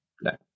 No